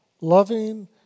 Loving